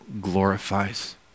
glorifies